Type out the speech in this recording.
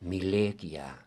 mylėk ją